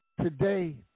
Today